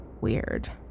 Weird